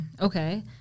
Okay